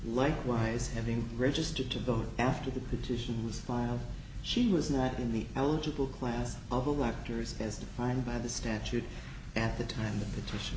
likewise having registered to vote after the petition was filed she was not in the eligible class of a walk to risk as defined by the statute at the time the petition